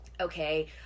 okay